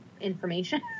information